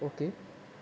okay